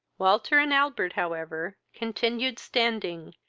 walter and albert, however, continued standing,